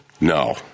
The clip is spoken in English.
No